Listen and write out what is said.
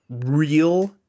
real